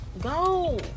go